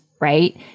right